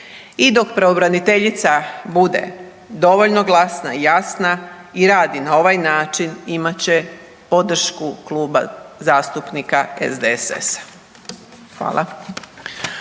I dok pravobraniteljica bude dovoljno glasna i jasna i radi na ovaj način, imat će podršku Kluba zastupnika SDSS-a. Hvala.